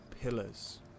Pillars